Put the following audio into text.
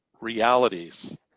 realities